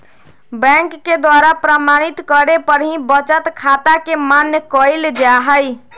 bank के द्वारा प्रमाणित करे पर ही बचत खाता के मान्य कईल जाहई